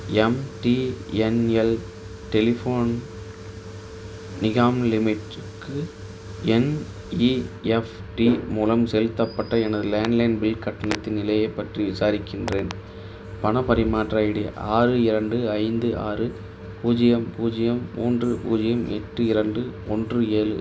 MTNL telephone Nigam லிமிடெட்க்கு NEFT மூலம் செலுத்தப்பட்ட எனது லேண்ட்லைன் பில் கட்டணத்தின் நிலையைப் பற்றி விசாரிக்கின்றேன் பணப் பரிமாற்ற ஐடி ஆறு இரண்டு ஐந்து ஆறு பூஜ்ஜியம் பூஜ்ஜியம் மூன்று பூஜ்ஜியம் எட்டு இரண்டு ஒன்று ஏழு